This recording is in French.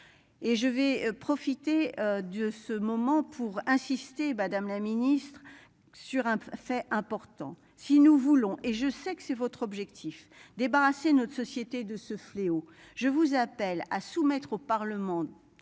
je vais profiter de ce moment pour insister Madame la Ministre sur un fait important si nous voulons et je sais que c'est votre objectif, débarrasser notre société de ce fléau. Je vous appelle à soumettre au Parlement